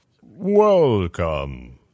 Welcome